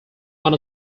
one